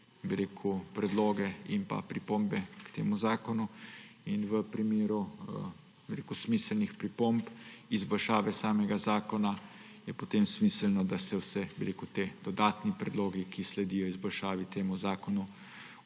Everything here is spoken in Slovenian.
predloge in pripombe k temu zakonu. V primeru smiselnih pripomb, izboljšave samega zakona je potem smiselno, da se vsi ti dodatni predlogi, ki sledijo izboljšavi, v tem zakonu